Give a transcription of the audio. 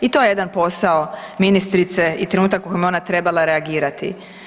I to je jedan posao ministrice i trenutak u kojem je ona trebala reagirati.